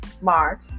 March